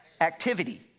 activity